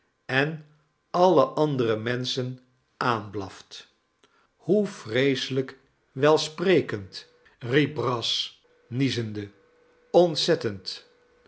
en alle andere menschen aanblaft hoe vreeselijk welsprekend riep brass niezende ontzettend